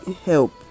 help